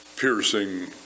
Piercing